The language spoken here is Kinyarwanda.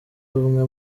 ubumwe